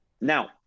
Now